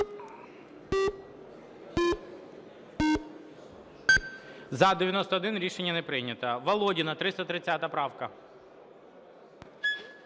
За-91 Рішення не прийнято. Володіна. 330 правка.